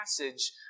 passage